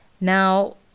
Now